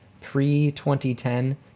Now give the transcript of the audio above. pre-2010